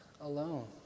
alone